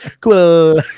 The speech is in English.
cool